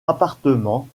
appartement